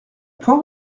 point